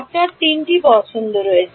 আপনার তিনটি পছন্দ রয়েছে